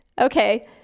okay